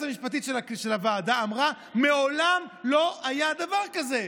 היועצת המשפטית של הוועדה אמרה: מעולם לא היה דבר כזה.